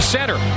Center